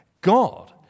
God